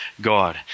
God